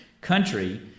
country